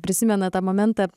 prisimena tą momentą